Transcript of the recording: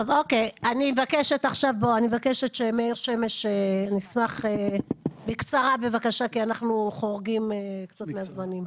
אני מבקשת שמאיר שמש בקצרה בבקשה כי אנחנו חורגים קצת מהזמנים.